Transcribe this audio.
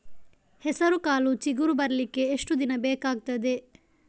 ಹೆಸರುಕಾಳು ಚಿಗುರು ಬರ್ಲಿಕ್ಕೆ ಎಷ್ಟು ದಿನ ಬೇಕಗ್ತಾದೆ?